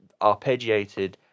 arpeggiated